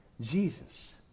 Jesus